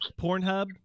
Pornhub